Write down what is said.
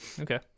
Okay